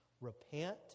repent